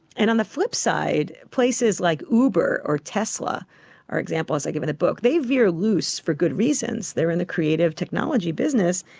and on the flipside, places like uber or tesla are examples i give in the book, they veer loose for good reasons, they are in the creative technology business.